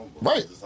Right